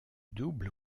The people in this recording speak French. double